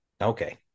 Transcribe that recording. okay